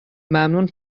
ممنون